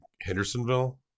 Hendersonville